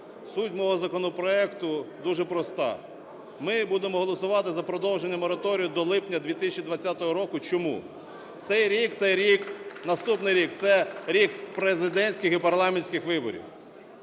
Суть мого законопроекту дуже проста. Ми будемо голосувати за продовження мораторію до липня 2020 року. Чому? Цей рік – це рік, наступний рік, це рік президентських і парламентських виборів.